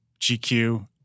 GQ